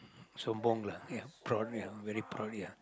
so bomb lah ya proud ya very proud of ya